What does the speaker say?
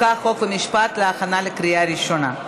ומשפט להכנה לקריאה ראשונה.